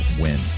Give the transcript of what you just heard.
win